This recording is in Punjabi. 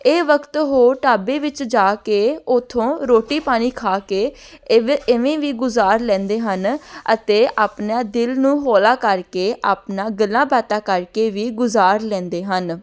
ਇਹ ਵਕਤ ਉਹ ਢਾਬੇ ਵਿੱਚ ਜਾ ਕੇ ਉੱਥੋਂ ਰੋਟੀ ਪਾਣੀ ਖਾ ਕੇ ਇਵੇਂ ਇਵੇਂ ਵੀ ਗੁਜ਼ਾਰ ਲੈਂਦੇ ਹਨ ਅਤੇ ਆਪਣਾ ਦਿਲ ਨੂੰ ਹੋਲਾ ਕਰਕੇ ਆਪਣਾ ਗੱਲਾਂ ਬਾਤਾਂ ਕਰਕੇ ਵੀ ਗੁਜ਼ਾਰ ਲੈਂਦੇ ਹਨ